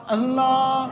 Allah